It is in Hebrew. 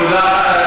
תודה.